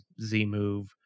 z-move